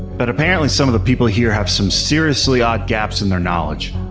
but apparently, some of the people here have some seriously odd gaps in their knowledge.